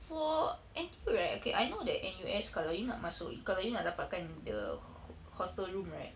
for N_T_U right okay I know that N_U_S kalau you nak masuk kalau you nak dapatkan the h~ hostel room right